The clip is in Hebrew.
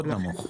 מאוד נמוך.